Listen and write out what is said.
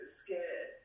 scared